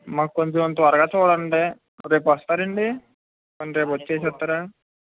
మాకు కొంచెం త్వరగా చూడండి రేపు వస్తారండి పోనీ రేపు వచ్చి చేస్తారా